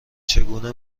چگونه